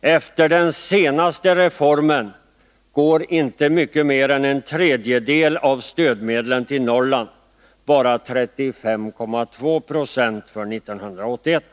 Efter den senaste reformen går inte mycket mer än en tredjedel av stödmedlen till Norrland — bara 35,2 90 för 1981.